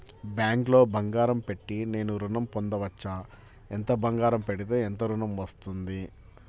బ్యాంక్లో బంగారం పెట్టి నేను ఋణం పొందవచ్చా? ఎంత బంగారం పెడితే ఎంత ఋణం వస్తుంది?